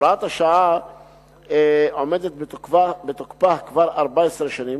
הוראת השעה עומדת בתוקפה כבר 14 שנים,